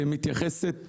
שמתייחסת